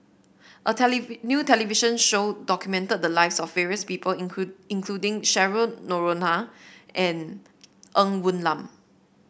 a new television show documented the lives of various people including Cheryl Noronha and Ng Woon Lam